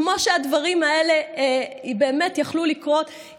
כמו שהדברים האלה באמת יכלו לקרות,